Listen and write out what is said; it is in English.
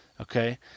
Okay